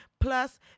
Plus